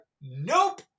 nope